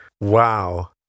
wow